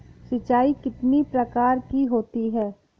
सिंचाई कितनी प्रकार की होती हैं?